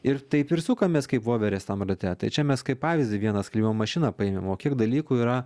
ir taip ir sukamės kaip voverės rate tai čia mes kaip pavyzdį vieną skalbimo mašiną paėmėm o kiek dalykų yra